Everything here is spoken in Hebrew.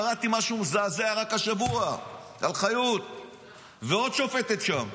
קראתי משהו מזעזע רק השבוע על חיות ועוד שופטת שם,